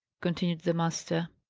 continued the master.